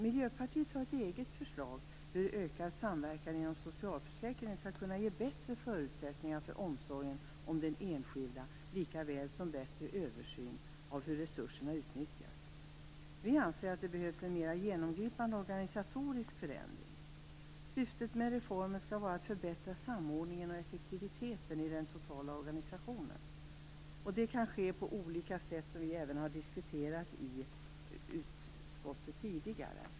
Miljöpartiets eget förslag om ökad samverkan inom socialförsäkringen kan ge bättre förutsättningar för omsorgen om den enskilda likaväl som en bättre översyn av hur resurserna utnyttjas. Vi anser att det behövs en mer genomgripande organisatorisk förändring. Syftet med reformen skall vara att förbättra samordningen och effektiviteten i den totala organisationen. Det kan ske på olika sätt, vilket vi även har diskuterat i utskottet tidigare.